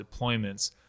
deployments